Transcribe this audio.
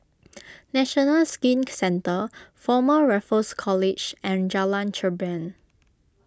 National Skin Centre Former Raffles College and Jalan Cherpen